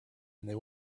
they